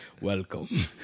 welcome